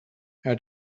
how